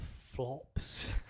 flops